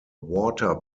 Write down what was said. water